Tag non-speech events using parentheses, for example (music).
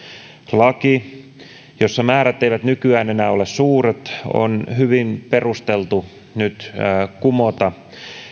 laki jossa määrät eivät nykyään enää ole suuret (unintelligible) on hyvin perusteltua nyt kumota